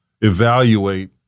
evaluate